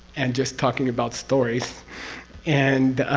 and just talking about stories and.